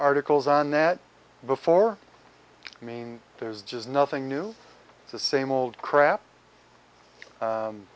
articles on that before i mean there's just nothing new it's the same old crap